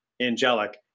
angelic